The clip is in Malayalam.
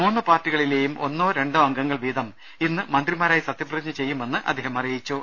മൂന്ന് പാർട്ടികളിലേയും ഒന്നോ രണ്ടോ അംഗങ്ങൾ വീതം ഇന്ന് മന്ത്രിമാരായി സത്യപ്രതിജ്ഞ ചെയ്യുമെന്ന് അദ്ദേഹം അറിയിച്ചു